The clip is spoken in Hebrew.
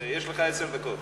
זה, יש לך עשר דקות.